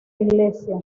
iglesia